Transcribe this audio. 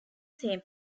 same